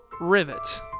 rivets